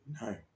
No